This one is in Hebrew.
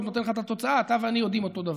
נותן לך את התוצאה אתה ואני יודעים אותו דבר.